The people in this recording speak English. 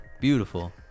Beautiful